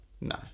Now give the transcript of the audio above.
no